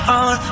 on